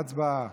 הצבעה.